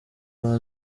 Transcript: uwa